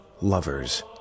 lovers